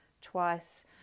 twice